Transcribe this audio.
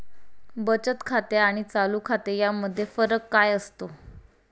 बचत खाते आणि चालू खाते यामध्ये फरक काय असतो?